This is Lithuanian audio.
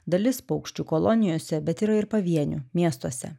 dalis paukščių kolonijose bet yra ir pavienių miestuose